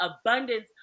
abundance